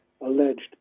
alleged